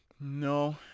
No